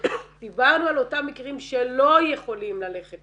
דיברנו על אותם מקרים שלא יכולים ללכת